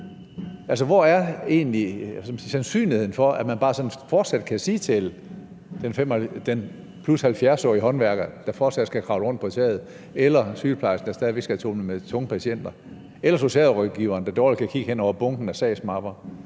egentlig sandsynligheden for, at man bare sådan fortsat kan sige til den 70+-årige håndværker, der fortsat skal kravle rundt på taget, eller sygeplejersken, der stadig væk skal tumle med tunge patienter, eller socialrådgiveren, der dårligt kan kigge hen over bunken af sagsmapper,